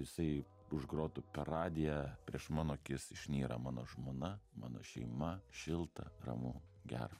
jisai užgrotų per radiją prieš mano akis išnyra mano žmona mano šeima šilta ramu gera